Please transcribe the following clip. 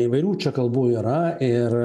įvairių čia kalbų yra ir